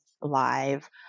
live